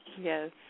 Yes